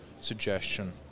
suggestion